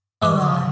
alive